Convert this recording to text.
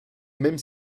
même